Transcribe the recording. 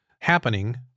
happening